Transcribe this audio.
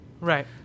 Right